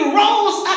rose